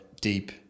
deep